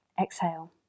exhale